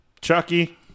Chucky